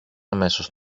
αμέσως